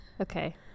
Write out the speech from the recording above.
Okay